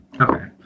Okay